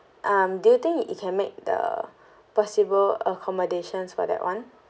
um do you think you can make the possible accommodations for that one